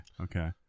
Okay